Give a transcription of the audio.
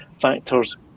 factors